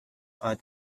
odd